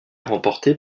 remportée